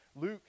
Luke